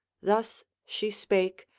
thus she spake,